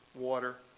water,